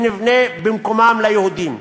ונבנה במקומם ליהודים.